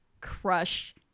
crush